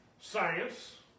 science